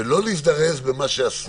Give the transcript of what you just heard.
ולא להזדרז במה שאסור.